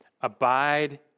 abide